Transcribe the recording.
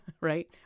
right